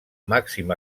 màxim